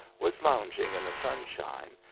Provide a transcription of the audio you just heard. was lounging in the sunshine,